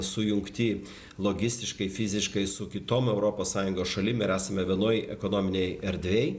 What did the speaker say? sujungti logistikai fiziškai su kitom europos sąjungos šalim ir esam vienoj ekonominėj erdvėj